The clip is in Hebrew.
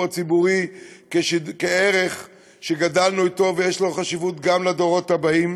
הציבורי כערך שגדלנו אתו ויש לו חשיבות גם לדורות הבאים?